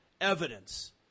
evidence